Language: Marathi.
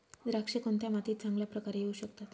द्राक्षे कोणत्या मातीत चांगल्या प्रकारे येऊ शकतात?